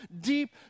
deep